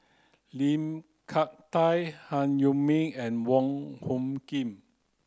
Lim Hak Tai Han Yong May and Wong Hung Khim